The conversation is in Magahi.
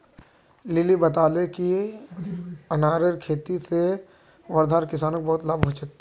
लिली बताले कि अनारेर खेती से वर्धार किसानोंक बहुत लाभ हल छे